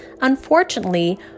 Unfortunately